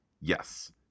Yes